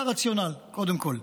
זה הרציונל, קודם כול.